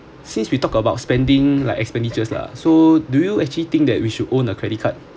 since we talk about spending like expenditures lah so do you actually think that we should own a credit card